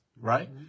right